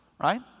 Right